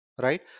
right